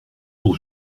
pour